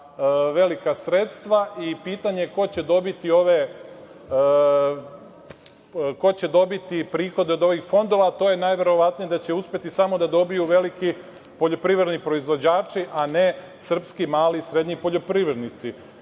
velika sredstva i pitanje ko će dobiti prihode od ovih fondova. To je najverovatnije da će uspeti samo da dobiju veliki poljoprivredni proizvođači, a ne srpski, mali, srednji poljoprivrednici. Rešenje